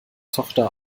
tochter